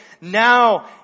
Now